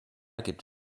gibt